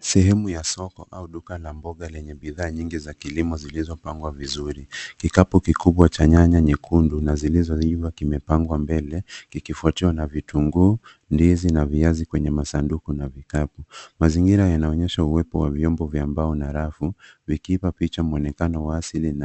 Sehemu ya soko au duka la mboga lenye bidhaa nyingi za kilimo zilizopangwa vizuri. Kikapu kikubwa cha nyanya nyekundu na zilizoiva kimepangwa mbele, kikifwatiwa na vitunguu, ndizi na viazi kwenye masanduku na vikapu. Mazingira yanaonyesha uwepo wa vyombo vya mbao na rafu, vikiipa picha mwonekano wa asili.